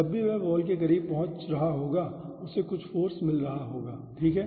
जब भी वह वॉल के करीब पहुंच रहा होगा उसे कुछ फ़ोर्स मिल रहा होगा ठीक है